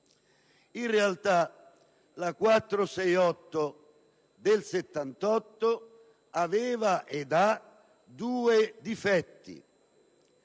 la legge n. 468 del 1978 aveva ed ha due difetti